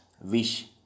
wish